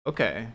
Okay